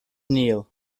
neil